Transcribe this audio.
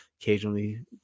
occasionally